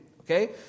okay